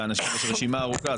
ויש רשימה ארוכה,